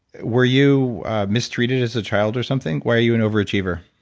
were you mistreated as a child or something? why are you an overachiever?